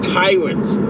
tyrants